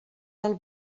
del